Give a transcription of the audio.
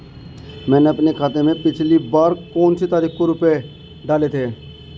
मैंने अपने खाते में पिछली बार कौनसी तारीख को रुपये डाले थे?